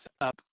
up